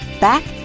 back